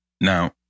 Now